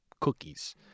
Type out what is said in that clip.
cookies